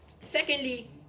Secondly